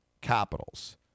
capitals